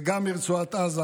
גם מרצועת עזה,